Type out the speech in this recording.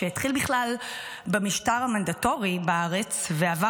שהתחיל בכלל במשטר המנדטורי בארץ ועבר